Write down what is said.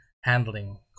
handling